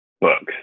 books